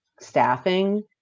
staffing